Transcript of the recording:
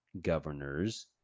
governors